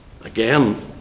Again